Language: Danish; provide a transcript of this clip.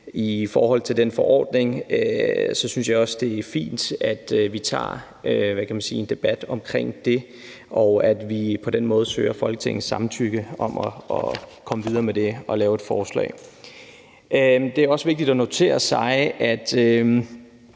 I forhold til den forordning synes jeg, det er fint, at vi tager en debat omkring det, og at vi på den måde søger Folketingets samtykke til at komme videre med det og lave et forslag. Det er vigtigt at notere sig, at